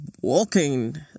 walking